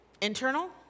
Internal